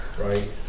right